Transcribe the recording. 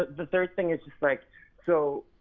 the third thing is like so,